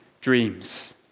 dreams